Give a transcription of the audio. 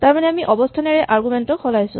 তাৰমানে আমি অৱস্হানেৰে আৰগুমেন্ট ক সলাইছো